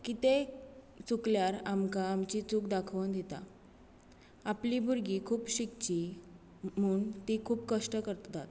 कितेंय चुकल्यार आमकां आमची चूक दाखोवन दिता आपलीं भुरगीं खूब शिकचीं म्हूण तीं खूब कश्ट करतात